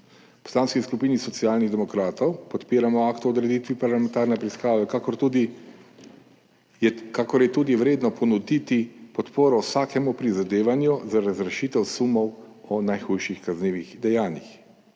V Poslanski skupini Socialnih demokratov podpiramo akt o odreditvi parlamentarne preiskave, kakor je tudi vredno ponuditi podporo vsakemu prizadevanju za razrešitev sumov o najhujših kaznivih dejanjih.